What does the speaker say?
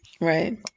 Right